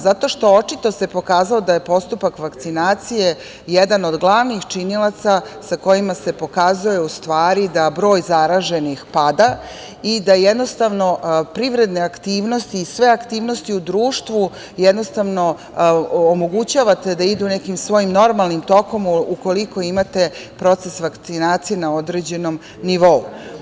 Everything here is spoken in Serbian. Zato što se očito pokazalo da je postupak vakcinacije jedan od glavnih činilaca sa kojima se pokazuje da broj zaraženih pada, i da privredne aktivnosti i sve aktivnosti u društvu omogućavate da idu nekim svojim normalnim tokom ukoliko imate proces vakcinacije na određenom nivou.